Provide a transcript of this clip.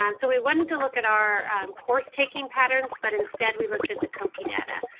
um so we wanted to look at our course taking patterns, but instead we looked at the cookie data,